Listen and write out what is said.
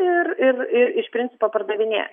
ir ir ir iš principo pardavinėja